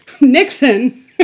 nixon